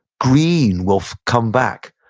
green will come back.